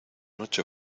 noche